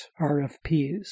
RFPs